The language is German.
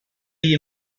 wie